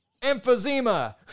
Emphysema